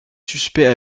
suspects